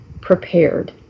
Prepared